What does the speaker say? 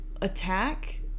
attack